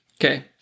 Okay